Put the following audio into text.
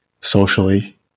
socially